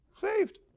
saved